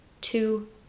two